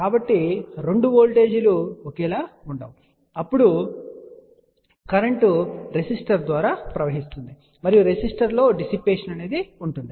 కాబట్టి రెండు వోల్టేజీలు ఒకేలా ఉండవు అప్పుడు కరెంట్ రెసిస్టర్ ద్వారా ప్రవహిస్తుంది మరియు రెసిస్టర్లో డిసిప్పేషన్ ఉంటుంది